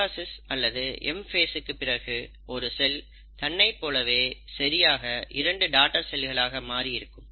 mitosis அல்லது M ஃபேசுக்கு பிறகு ஒரு செல் தன்னைப்போலவே சரியாக 2 டாடர் செல்களாக மாறி இருக்கும்